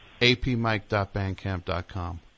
apmike.bandcamp.com